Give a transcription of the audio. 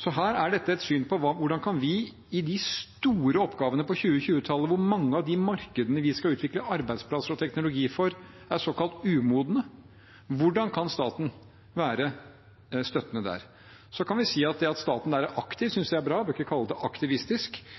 Så her er dette et syn på hvordan staten – i de store oppgavene på 2020-tallet, hvor mange av de markedene vi skal utvikle arbeidsplasser og teknologi for, er såkalt umodne – kan være støttende. Så kan vi si at det at staten er aktiv, synes jeg er bra – vi behøver ikke kalle det